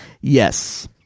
Yes